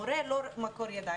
מורה לא מקור ידע,